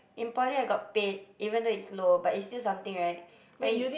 in poly I got paid even though it's low but it's still something right but in